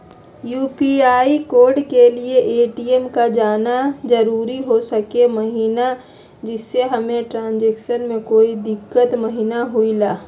UPI code के लिए ATM का जरूरी हो सके महिना जिससे हमें ट्रांजैक्शन में कोई दिक्कत महिना हुई ला?